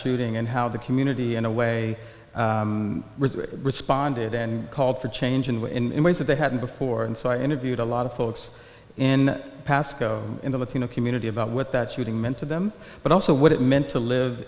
shooting and how the community in a way responded and called for change and in ways that they hadn't before and so i interviewed a lot of folks in pascoe in the bettina community about what that shooting meant to them but also what it meant to live